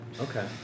Okay